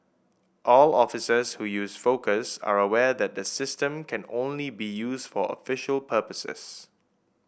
all officers who use Focus are aware that the system can only be used for official purposes